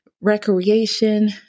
recreation